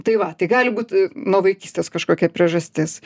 tai va tai gali būt nuo vaikystės kažkokia priežastis